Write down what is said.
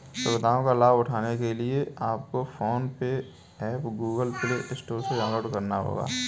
सुविधाओं का लाभ उठाने के लिए आपको PhonePe app Google Play store से डाउनलोड करना होगा